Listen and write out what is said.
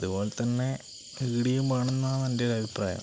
അതുപോലെ തന്നെ ഇവിടെയും വേണമെന്നാണ് എന്റെയൊരു അഭിപ്രായം